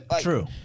True